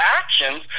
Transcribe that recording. actions